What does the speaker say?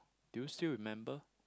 do you still remember